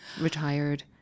retired